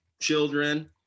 children